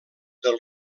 del